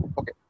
Okay